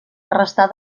restà